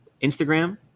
Instagram